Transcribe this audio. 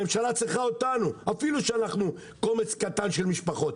הממשלה צריכה אותנו אפילו שאנחנו קומץ קטן של משפחות.